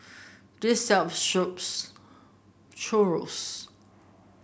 this shop sells Chorizo